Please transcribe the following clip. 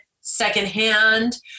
secondhand